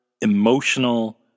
emotional